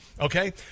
Okay